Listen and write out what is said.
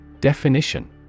Definition